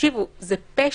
זה פשע.